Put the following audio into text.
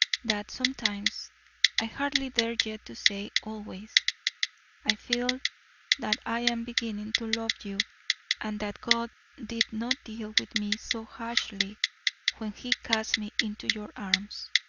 that sometimes i hardly dare yet to say always i feel that i am beginning to love you and that god did not deal with me so harshly when he cast me into your arms.